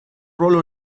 ruolo